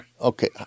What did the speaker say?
Okay